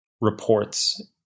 reports